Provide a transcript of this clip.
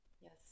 yes